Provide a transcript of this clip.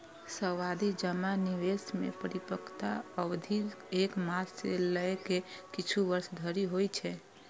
सावाधि जमा निवेश मे परिपक्वता अवधि एक मास सं लए के किछु वर्ष धरि होइ छै